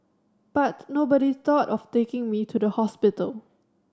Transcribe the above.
but nobody thought of taking me to the hospital